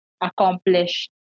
accomplished